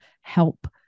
help